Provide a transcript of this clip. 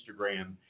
Instagram